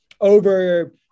over